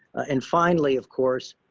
and finally, of course,